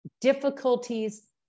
difficulties